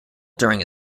during